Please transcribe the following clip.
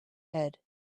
head